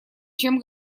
чем